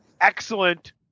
excellent